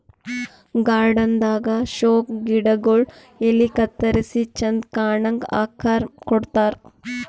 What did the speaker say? garden ದಾಗಾ show ಗಿಡಗೊಳ್ ಎಲಿ ಕತ್ತರಿಸಿ ಚಂದ್ ಕಾಣಂಗ್ ಆಕಾರ್ ಕೊಡ್ತಾರ್